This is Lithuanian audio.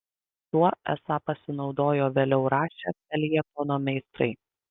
tuo esą pasinaudojo vėliau rašę feljetono meistrai